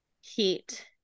heat